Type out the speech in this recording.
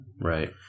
Right